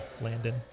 Landon